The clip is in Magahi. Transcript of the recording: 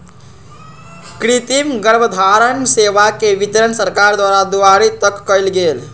कृतिम गर्भधारण सेवा के वितरण सरकार द्वारा दुआरी तक कएल गेल